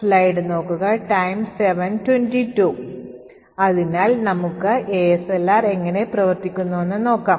slide നോക്കുക Time 722 അതിനാൽ നമുക്ക് ASLR എങ്ങിനെ പ്രവർത്തിക്കുന്നുവെന്ന് നോക്കാം